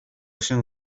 się